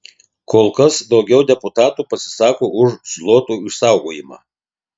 kol kas daugiau deputatų pasisako už zloto išsaugojimą